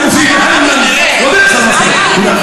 יתרומם ויעלה.) הגיע לו.